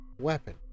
weapon